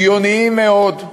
הגיוניים מאוד,